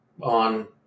On